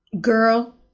Girl